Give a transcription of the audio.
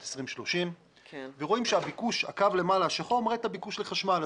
2030 והקו השחור למעלה מראה את הביקוש לחשמל.